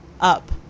up